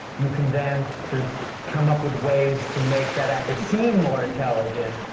you can then sort of come up with ways to make that actor seem more intelligent,